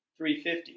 .350